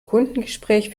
kundengespräch